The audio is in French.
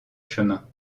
chemins